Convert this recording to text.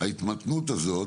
ההתמתנות הזו,